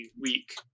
week